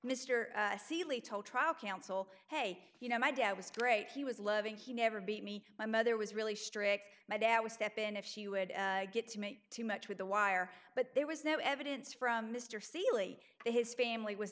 mr seely told trial counsel hey you know my dad was great he was loving he never beat me my mother was really strict my dad would step in if she would get to me too much with the wire but there was no evidence from mr seely his family was